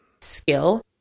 skill